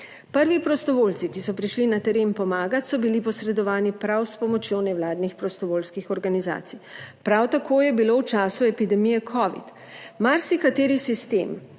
Prvi prostovoljci, ki so prišli na teren pomagat, so bili posredovani prav s pomočjo nevladnih prostovoljskih organizacij. Prav tako je bilo v času epidemije covid marsikateri sistem,